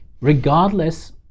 regardless